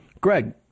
Greg